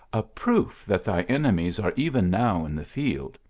a proof that thy enemies are even now in the field.